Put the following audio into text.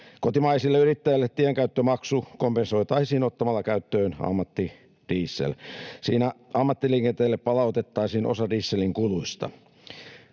Kotimaisille yrittäjille tienkäyttömaksu kompensoitaisiin ottamalla käyttöön ammattidiesel. Siinä ammattiliikenteelle palautettaisiin osa dieselin kuluista.